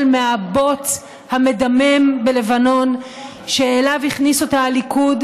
מהבוץ המדמם בלבנון שאליו הכניס אותה הליכוד,